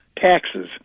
Taxes